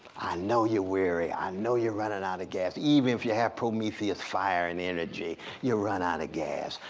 i know you're weary. i know you're running and out of gas. even if you have prometheus's fire and energy, you run out of gas.